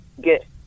get